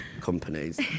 companies